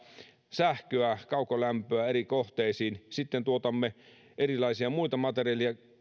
sähköä kaukolämpöä eri kohteisiin sitten tuotamme erilaisia muita materiaaleja